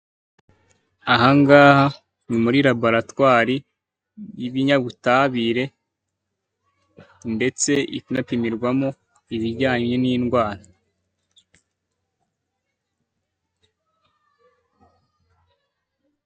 Aha ngaha ni muri laboratwari y'ibinyabutabire ndetse inapimirwamo ibijyanye n'indwara.